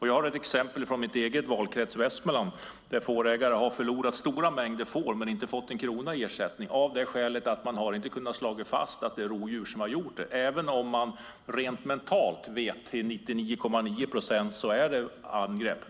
Jag har ett exempel från min egen valkrets, Västmanland, där fårägare har förlorat stora mängder får men inte fått en krona i ersättning av den anledningen att man inte har kunnat slå fast att det är rovdjur som har gjort det, även om man rent mentalt vet till 99,9 procent att det är rovdjursangrepp.